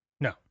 No